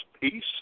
peace